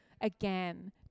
again